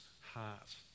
heart